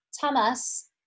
Thomas